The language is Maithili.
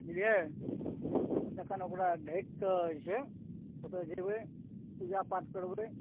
बुझलियै तखन ओकरा ढ़किकऽ जे छै से ओतऽ जेबै पूजा पाठ करबै